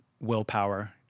willpower